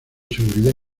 seguridad